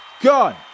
gone